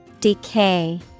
Decay